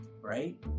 right